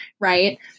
right